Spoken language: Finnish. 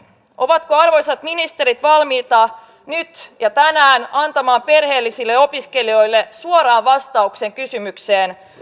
ovatko arvoisat ministerit valmiita nyt ja tänään antamaan perheellisille opiskelijoille suoraan vastauksen kysymykseen